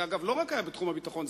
זה לא היה רק בתחום הביטחון,